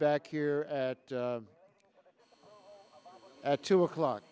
back here at at two o'clock